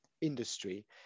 industry